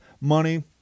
money